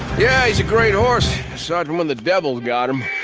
yeah, he's a great horse. aside from when the devil's got him.